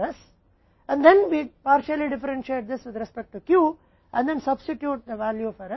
अंत में हमारे पास एक अभिव्यक्ति s होगी जो कि बराबर है Q Cc 1 DP